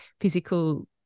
physical